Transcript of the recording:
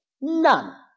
None